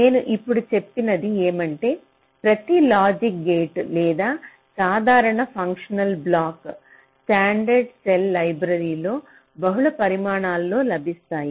నేను ఇప్పుడు చెప్పినది ఏమంటే ప్రతి లాజిక్ గేట్ లేదా సాధారణ ఫంక్షనల్ బ్లాక్స్ స్టాండర్డ్ సెల్స్ లైబ్రరీలో బహుళ పరిమాణాలలో లభిస్తాయి